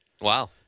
Wow